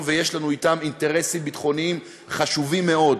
ויש לנו אתם אינטרסים ביטחוניים חשובים מאוד,